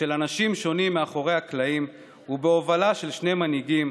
של אנשים שונים מאחורי הקלעים ובהובלה של שני מנהיגים,